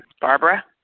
Barbara